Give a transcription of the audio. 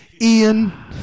Ian